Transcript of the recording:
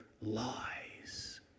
lies